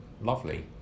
lovely